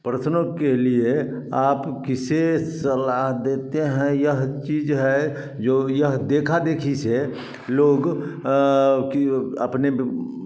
प्रश्नों के लिए आप किसे सलाह देते हैं यह चीज़ है जो यह देखा देखी से लोग कि अपने बे